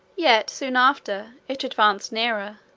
yet soon after, it advanced nearer,